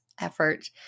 effort